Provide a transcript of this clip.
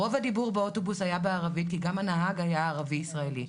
רוב הדיבור באוטובוס היה בערבית כי גם הנהג היה ערבי ישראלי.